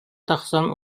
тахсан